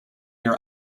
your